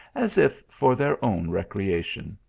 as if for their own recreation.